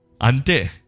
Ante